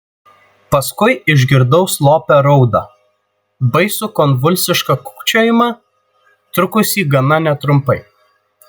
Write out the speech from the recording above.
paskui išgirdau slopią raudą baisų konvulsišką kūkčiojimą trukusį gana netrumpai